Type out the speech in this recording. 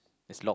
it's locked